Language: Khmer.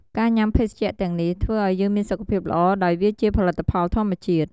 ការញុាំភេសជ្ជៈទាំងនេះ ធ្វើឱ្យយើងមានសុខភាពល្អដោយវាជាផលិតផលធម្មជាតិ។